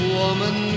woman